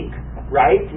right